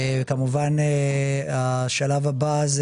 כמובן השלב הבא,